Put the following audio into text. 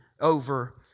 over